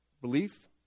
belief-